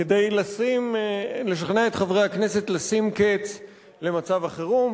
כדי לשכנע את חברי הכנסת לשים קץ למצב החירום,